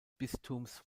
bistums